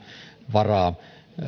varaa